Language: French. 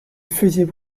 faisaient